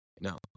No